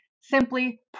simply